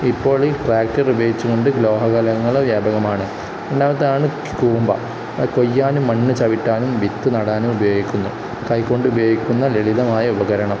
ഇപ്പോളീ tractor ഉപയോഗിച്ചുകൊണ്ട് വ്യാപകമാണ് രണ്ടാമത്തേതാണ് കൂമ്പ കൊയ്യാനും മണ്ണ് ചവിട്ടാനും വിത്ത് നടാനും ഉപയോഗിക്കുന്നു കൈക്കൊണ്ട് ഉപയോഗിക്കുന്ന ലളിതമായ ഉപകരണം